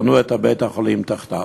בנו את בית-החולים תחתיו.